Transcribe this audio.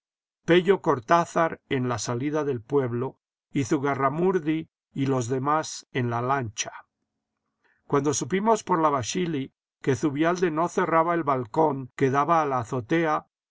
pello cortázar en la salida del pueblo y zugarramurdi y los demás en la lancha cuando supimos por la baschili que zubialde no cerraba el balcón que daba a la azotea